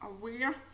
aware